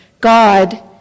God